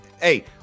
hey